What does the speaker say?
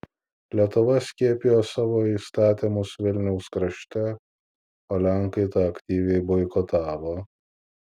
lietuva skiepijo savo įstatymus vilniaus krašte o lenkai tą aktyviai boikotavo